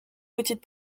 petite